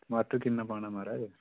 टमाटर किन्ना पाना महाराज